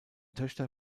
töchter